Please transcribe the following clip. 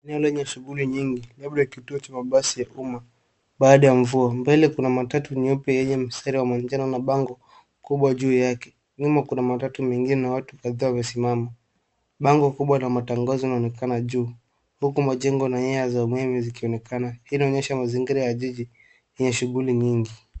Ni eneo lenye shughuli nyingi. Labda ni kituo cha mabasi ya umma, baada ya mvua. Mbele kuna matatu nyeupe yenye mistari ya manjano na bango kubwa juu yake. Nyuma kuna matatu nyingine na watu kadhaa wamesimama. Bango kubwa la matangazo linaonekana juu. Huku majengo na nyaya za umeme zikionekana hii inaonyesha mazingira ya jiji lenye shughuli nyingi.